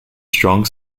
strong